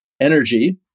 energy